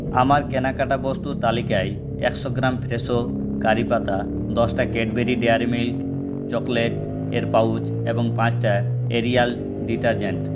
আমার কেনাকাটা বস্তুর তালিকায় একশো গ্রাম ফ্রেশো কারি পাতা দশটা ক্যাডবেরি ডেয়ারি মিল্ক চকোলেট এর পাউচ এবং পাঁচটা এরিয়াল ডিটারজেন্ট